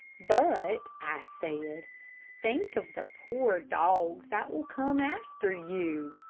but, i said, think of the poor dogs that will come after you.